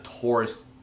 tourist